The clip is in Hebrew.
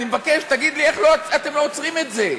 אני מבקש שתגיד לי איך אתם לא עוצרים את זה,